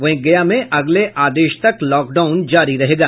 वहीं गया में अगले आदेश तक लॉकडाउन जारी रहेगी